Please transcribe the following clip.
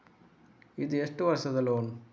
ಇದು ಎಷ್ಟು ವರ್ಷದ ಲೋನ್?